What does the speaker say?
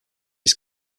his